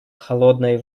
холодной